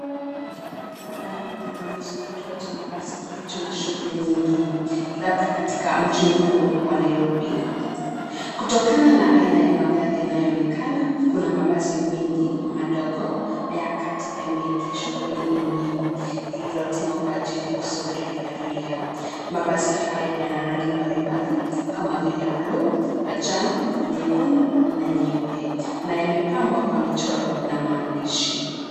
Mandhari inaonyesha kituo cha mabasi kilicho na shughuli nyingi, labda katika mji mkuu wa Nairobi, kutokana na aina ya magari yanayoonekana, kuna mabasi mengi madogo, na ya kati yameegeshwa kwenye eneo, lililotengwa kwa ajili ya kusubiri abiria, mabasi haya yana rangi mbali mbali, kama vile bluu, manjano, nyekundu na nyeupe, na yamepambwa kwa michoro na maandishi.